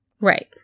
Right